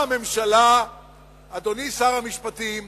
אדוני שר המשפטים,